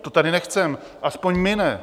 To tady nechceme, aspoň my ne.